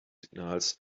signals